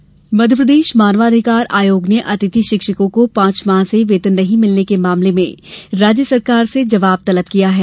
आयोग संज्ञान मध्यप्रदेश मानव अधिकार आयोग ने अतिथि शिक्षकों को पांच माह से वेतन नहीं भिलने के मामले में राज्य सरकार से जवाब तलब किया है